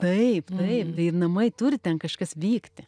taip taip tai ir namai turi ten kažkas vykti